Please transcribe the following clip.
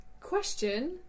question